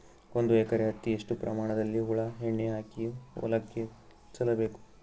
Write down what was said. ಒಂದು ಎಕರೆ ಹತ್ತಿ ಎಷ್ಟು ಪ್ರಮಾಣದಲ್ಲಿ ಹುಳ ಎಣ್ಣೆ ಹಾಕಿ ಹೊಲಕ್ಕೆ ಚಲಬೇಕು?